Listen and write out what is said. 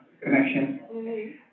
connection